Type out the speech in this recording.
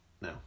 No